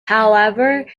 however